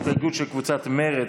הסתייגות של קבוצת סיעת מרצ,